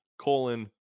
colon